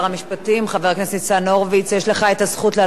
חבר הכנסת ניצן הורוביץ, יש לך הזכות לעלות שוב.